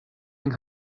yng